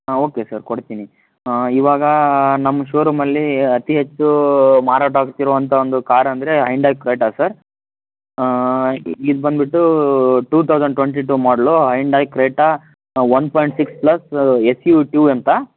ಹಾಂ okay sir ಕೊಡ್ತೀನಿ ಇವಾಗ ನಮ್ಮ ಶೋರೂಮಲ್ಲಿ ಅತಿ ಹೆಚ್ಚು ಮಾರಾಟವಾಗುತ್ತಿರುವಂಥ ಒಂದು ಕಾರ್ ಅಂದರೆ ಹೈಂಡಾಯಿ ಕ್ರೆಟಾ ಸರ್ ಇದು ಬಂದ್ಬಿಟ್ಟು two thousand twenty two model Hyundai Creta one point six plus S U two ಅಂತ